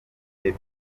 bebe